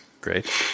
Great